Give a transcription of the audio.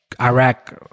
Iraq